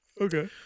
Okay